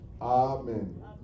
Amen